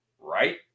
right